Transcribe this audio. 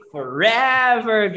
Forever